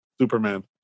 Superman